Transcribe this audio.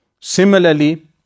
Similarly